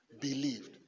believed